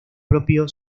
propio